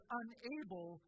unable